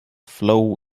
flow